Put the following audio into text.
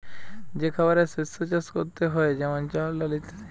যে খাবারের শস্য চাষ করতে হয়ে যেমন চাল, ডাল ইত্যাদি